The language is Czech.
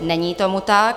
Není tomu tak.